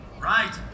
Right